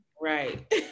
Right